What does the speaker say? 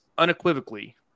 unequivocally